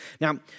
Now